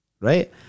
right